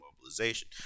mobilization